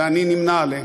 ואני נמנה עמם,